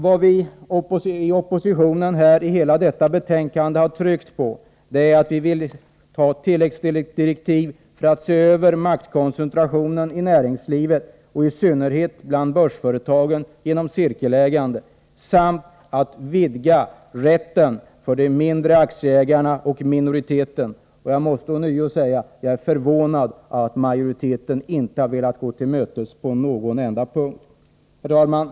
Vad vi i oppositionen i hela detta betänkande har tryckt på är att man skall ge tilläggsdirektiv till utredningen om att se över maktkoncentrationen i näringslivet, i synnerhet bland börsföretagen genom cirkelägande, samt vidga rätten för de mindre aktieägarna och minoriteten. Jag måste ånyo säga att jag är förvånad över att majoriteten inte har velat gå oss till mötes på någon enda punkt. Herr talman!